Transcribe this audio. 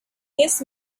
this